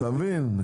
אתה מבין?